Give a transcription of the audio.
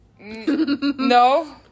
No